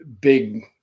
big